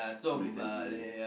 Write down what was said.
police and thief